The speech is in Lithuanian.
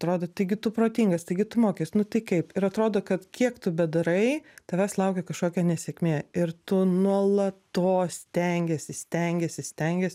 atrodo taigi tu protingas taigi tu mokais nu tai kaip ir atrodo kad kiek tu bedarai tavęs laukia kažkokia nesėkmė ir tu nuolatos stengiesi stengiesi stengiesi